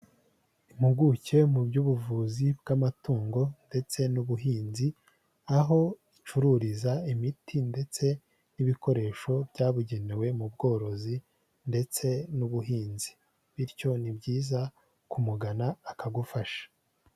Impuguke mu by'ubuvuzi bw'amatungo ndetse n'ubuhinzi, aho icururiza imiti ndetse n'ibikoresho byabugenewe mu bworozi ndetse n'ubuhinzi, bityo ni byiza kumugana akagufasha.